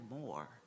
more